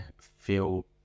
feel